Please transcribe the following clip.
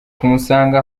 kumusanga